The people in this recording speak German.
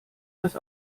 das